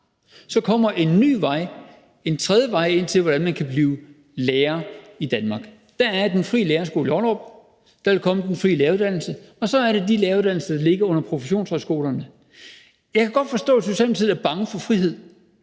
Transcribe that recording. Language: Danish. kommer en ny vej, en tredje vej til at blive lærer i Danmark. Der er Den Frie Lærerskole i Ollerup, og der vil komme den frie læreruddannelse, og så er der de læreruddannelser, der ligger under professionshøjskolerne. Jeg kan godt forstå, at Socialdemokratiet er bange for frihed.